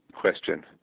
question